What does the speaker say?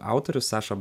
autorius saša